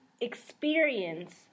experience